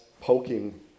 poking